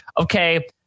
okay